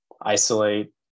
isolate